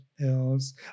else